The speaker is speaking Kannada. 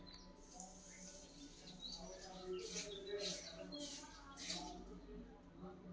ರಿಟೇನೆಡ್ ಅರ್ನಿಂಗ್ಸ್ ನ ಫ್ಲೋಬ್ಯಾಕ್ ಅಂತಾನೂ ಕರೇತಾರ